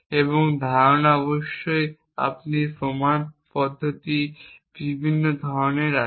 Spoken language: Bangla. এবং ধারণা অফ অবশ্যই আপনি প্রমাণ পদ্ধতি বিভিন্ন ধরনের আছে